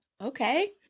Okay